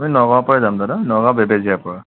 আমি নগাঁৱৰ পৰা যাম দাদা নগাঁৱৰ বেবেজিয়াৰ পৰা